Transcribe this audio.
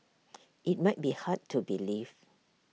IT might be hard to believe